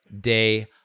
day